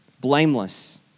blameless